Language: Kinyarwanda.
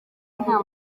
nta